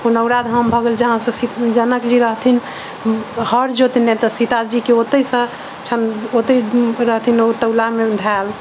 पुनौराधाम भऽ गेल जहाँ सऽ जनकजी रहथिन हर जोतने तऽ सीताजी के ओतय सऽ छनि ओतय रहथिन ओ तौला मे धयल